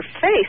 face